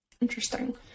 interesting